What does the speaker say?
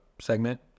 segment